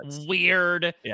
weird